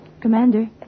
Commander